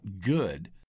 good